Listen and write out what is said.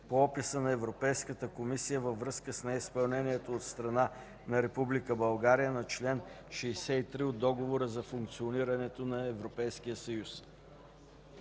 по описа на Европейската комисия във връзка с неизпълнение от страна на Република България на чл. 63 от Договора за функционирането на Европейския съюз.